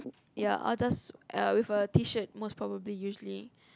ya I'll just uh with a T-shirt most probably usually